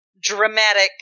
dramatic